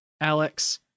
Alex